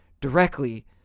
directly